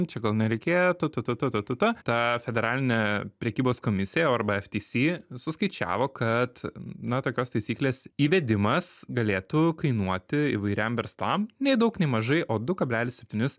čia gal nereikėtų ta ta ta ta ta ta ta federaline prekybos komisija arba eftisi suskaičiavo kad na tokios taisyklės įvedimas galėtų kainuoti įvairiem verslam nei daug nei mažai o du kablelis septynis